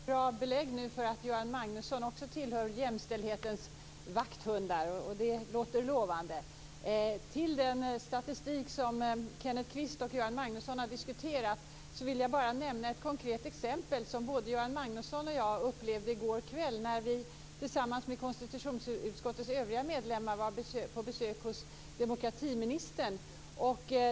Fru talman! Jag har nu fått bra belägg för att Göran Magnusson också tillhör jämställdhetens vakthundar. Det låter lovande. Göran Magnusson och Kenneth Kvist har diskuterat statistik. Jag vill nämna ett konkret exempel, något som både Göran Magnusson och jag upplevde i går kväll. Tillsammans med konstitutionsutskottets övriga medlemmar var vi på besök hos demokratiministern.